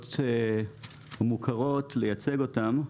המעבדות המוכרות לייצג אותן.